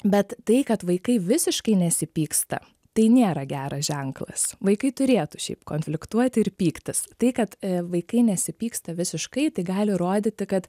bet tai kad vaikai visiškai nesipyksta tai nėra geras ženklas vaikai turėtų šiaip konfliktuoti ir pyktis tai kad vaikai nesipyksta visiškai tai gali rodyti kad